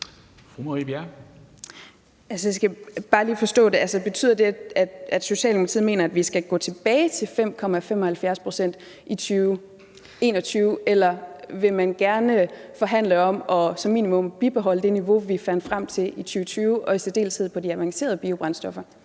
Marie Bjerre (V): Jeg skal bare lige forstå det: Betyder det, at Socialdemokratiet mener, at vi skal gå tilbage til 5,75 pct. i 2021, eller vil man gerne forhandle om som minimum at beholde det niveau, vi fandt frem til for 2020 og i særdeleshed på de avancerede biobrændstoffer?